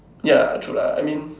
ya true lah I mean